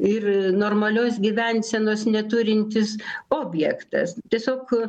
ir normalios gyvensenos neturintis objektas tiesiog